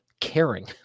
caring